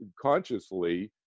consciously